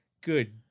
Good